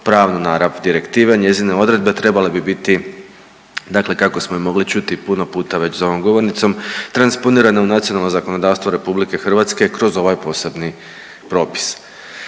narav direktive. Njezine odredbe trebale bi biti, dakle kako smo i mogli čuti puno puta već za ovom govornicom, transponirane u nacionalno zakonodavstvo RH kroz ovaj posebni propis.